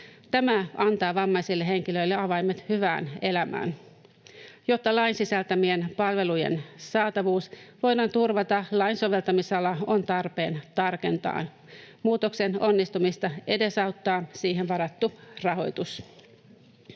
Tämä antaa vammaisille henkilöille avaimet hyvään elämään. Jotta lain sisältämien palvelujen saatavuus voidaan turvata, lain soveltamisalaa on tarpeen tarkentaa. Muutoksen onnistumista edesauttaa siihen varattu rahoitus.